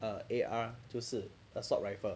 err A_R 就是 assault rifle